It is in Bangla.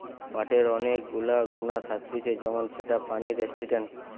পাটের অনেক গুলা গুণা থাকতিছে যেমন সেটা পানি রেসিস্টেন্ট